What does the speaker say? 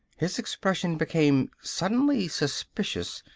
his expression became suddenly suspicious,